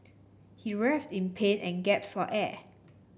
he writhed in pain and gasped for air